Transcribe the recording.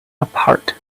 apart